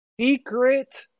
Secret